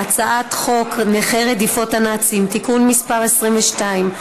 הצעת חוק נכי רדיפות הנאצים (תיקון מס' 22),